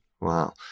Wow